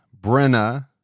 Brenna